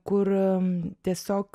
kur tiesiog